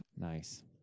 Nice